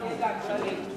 רק לידע כללי,